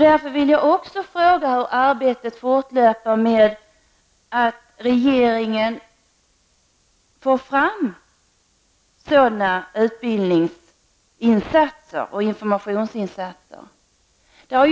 Därför vill jag fråga också hur arbetet i regeringen med att få fram sådana utbildnings och informationsinsatser fortlöper.